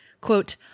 Quote